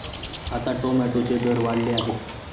आता टोमॅटोचे दर वाढले आहेत